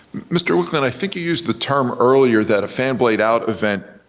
mr. wicklund, i think you used the term earlier that a fan blade out event.